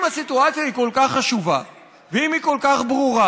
אם הסיטואציה היא כל כך חשובה ואם היא כל כך ברורה,